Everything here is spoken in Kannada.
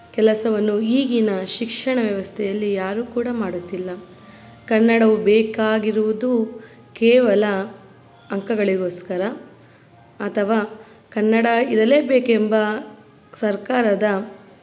ಕೆಲಸವನ್ನು ಈಗಿನ ಶಿಕ್ಷಣ ವ್ಯವಸ್ಥೆಯಲ್ಲಿ ಯಾರೂ ಕೂಡ ಮಾಡುತ್ತಿಲ್ಲ ಕನ್ನಡವು ಬೇಕಾಗಿರುವುದು ಕೇವಲ ಅಂಕಗಳಿಗೋಸ್ಕರ ಅಥವಾ ಕನ್ನಡ ಇರಲೇ ಬೇಕೆಂಬ ಸರ್ಕಾರದ